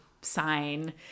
sign